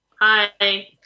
Hi